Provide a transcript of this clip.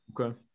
Okay